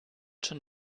schon